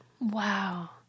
wow